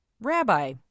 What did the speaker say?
Rabbi